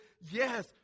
yes